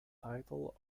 title